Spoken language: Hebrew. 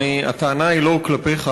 הטענה היא לא כלפיך,